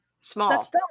small